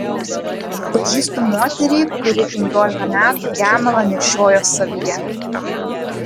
pažįstu moterį kuri penkiolika metų gemalą nešiojo savyje